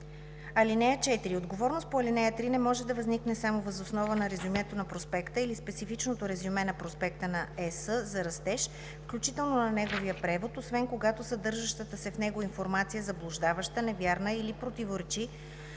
(4) Отговорност по ал. 3 не може да възникне само въз основа на резюмето на проспекта или специфичното резюме на проспекта на ЕС за растеж, включително на неговия превод, освен когато съдържащата се в него информация е заблуждаваща, невярна или противоречи